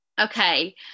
Okay